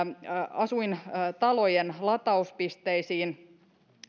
asuintalojen latauspisteisiin